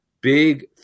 big